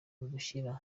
ugushyira